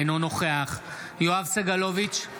אינו נוכח יואב סגלוביץ'